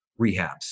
rehabs